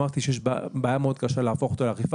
אמרתי שיש בעיה מאוד קשה להפוך אותו לאכיפה.